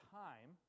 time